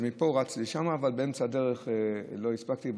אז מפה רצתי לשם, אבל באמצע הדרך לא הספקתי.